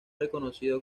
reconocido